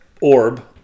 orb